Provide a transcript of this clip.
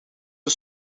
een